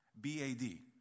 B-A-D